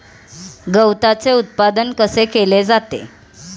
गवताचे उत्पादन कसे केले जाते?